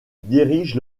dirige